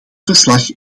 verslag